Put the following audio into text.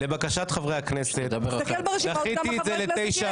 לבקשת חברי הכנסת דחיתי את זה לתשע